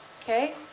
Okay